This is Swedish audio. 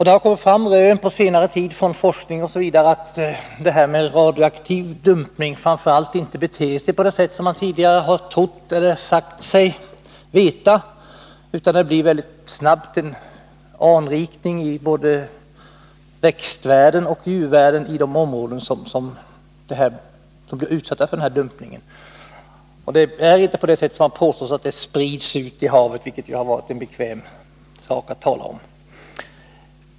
Det har på senare tid kommit fram forskningsrön o. d. som tyder på att växtoch djurvärlden vid radioaktiv dumpning inte reagerar på det sätt som man tidigare har trott eller sagt sig veta, utan det blir mycket snabbt en anrikning i de områden som utsätts för dumpningen. Det är inte så som har påståtts, att avfallet sprids ut i havet, vilket ju varit en bekväm förklaring.